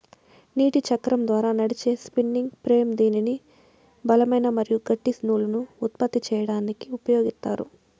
నీటి చక్రం ద్వారా నడిచే స్పిన్నింగ్ ఫ్రేమ్ దీనిని బలమైన మరియు గట్టి నూలును ఉత్పత్తి చేయడానికి ఉపయోగిత్తారు